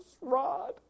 rod